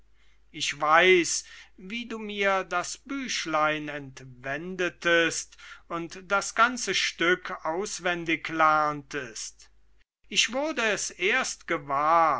ich weiß wie du mir das büchlein entwendetest und das ganze stück auswendig lerntest ich wurde es erst gewahr